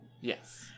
Yes